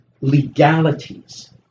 legalities